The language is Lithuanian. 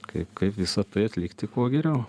kaip kaip visa tai atlikti kuo geriau